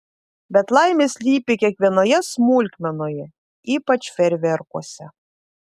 bet laimė slypi kiekvienoje smulkmenoje ypač fejerverkuose